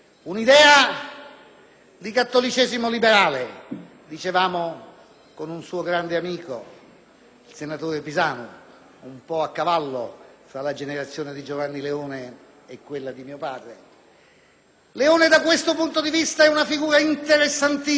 di cattolicesimo liberale. Ne parlavo prima con un suo grande amico, il senatore Pisanu, che si trova a cavallo tra la generazione di Giovanni Leone e quella di mio padre. Leone da questo punto di vista è una figura estremamente